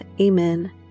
Amen